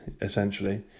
essentially